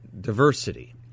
diversity